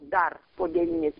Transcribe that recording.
dar po devynis